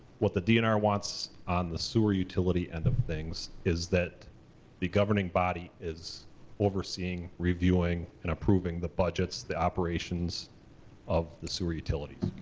what the dnr wants on the sewer utility end of things is that the governing body is overseeing, reviewing, and approving the budgets, the operations of the sewer utility.